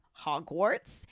Hogwarts